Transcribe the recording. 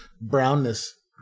brownness